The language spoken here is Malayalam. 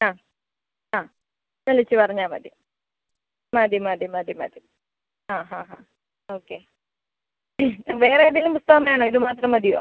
ആ ആ വിളിച്ച് പറഞ്ഞാൽ മതി മതി മതി മതി മതി ആ ഹാ ഹാ ഓക്കെ വേറേതേലും പുസ്തകം വേണോ ഇത് മാത്രം മതിയോ